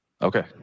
Okay